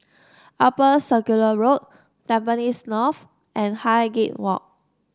Upper Circular Road Tampines North and Highgate Walk